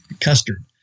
custard